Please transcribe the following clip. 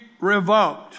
revoked